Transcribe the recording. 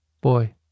Boy